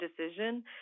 decision